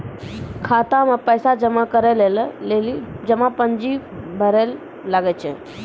खाता मे पैसा जमा करै लेली जमा पर्ची भरैल लागै छै